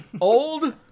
Old